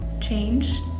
change